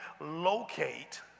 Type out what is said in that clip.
locate